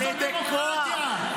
זו דמוקרטיה.